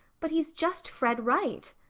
but he's just fred wright.